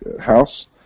house